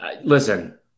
Listen